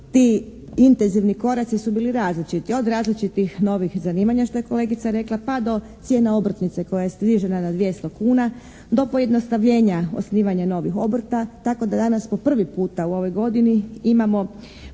ti intenzivni koraci su bili različiti – od različitih novih zanimanja što je kolegica rekla, pa do cijena obrtnice koja je snižena na 200 kuna, do pojednostavljenja osnivanja novih obrta tako da danas po prvi puta u ovoj godini imamo